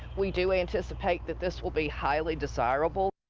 we do anticipate that this will be highly desirable.